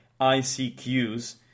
ICQs